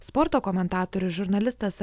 sporto komentatorius žurnalistas